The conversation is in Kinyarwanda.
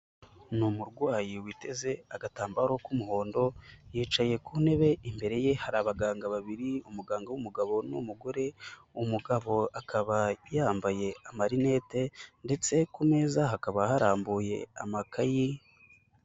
Ni umurwayi witeze agatambaro k'umuhondo yicaye ku ntebe imbere ye hari abaganga babiri umuganga w'umugabo n'umugore, umugabo akaba yambaye amarinete ndetse ku meza hakaba harambuye amakayi.